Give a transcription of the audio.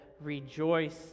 rejoice